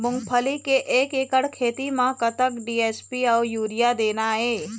मूंगफली के एक एकड़ खेती म कतक डी.ए.पी अउ यूरिया देना ये?